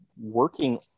working